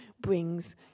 brings